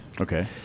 okay